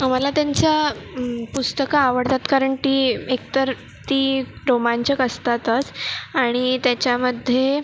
आम्हाला त्यांच्या पुस्तकं आवडतात कारण ती एकतर ती रोमांचक असतातच आणि त्याच्यामध्ये